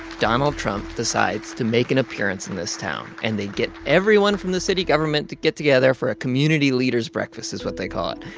donald trump decides to make an appearance in this town, and they get everyone from the city government to get together for a community leaders breakfast is what they call it.